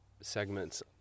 segments